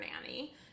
nanny